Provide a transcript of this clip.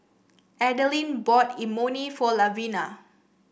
Adelina bought Imoni for Lavina